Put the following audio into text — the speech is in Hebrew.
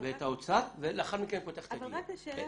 שאלה.